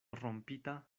rompita